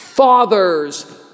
Fathers